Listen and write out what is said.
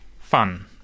fun